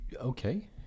Okay